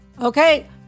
Okay